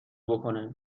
بکنه